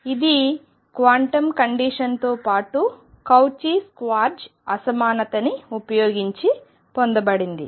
ఇది క్వాంటం కండిషన్తో పాటు కౌచీ స్క్వార్జ్ అసమానతని ఉపయోగించి పొందబడింది